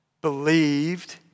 believed